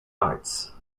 arts